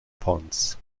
ponds